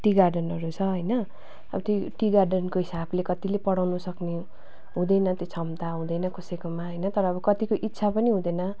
T गार्डनहरू छ होइन अब टी टी गार्डनको हिसाबले कतिले पढाउनुसक्ने हुँदैन त्यो क्षमता हुँदैन कसैकोमा होइन तर अब कतिको इच्छा पनि हुँदैन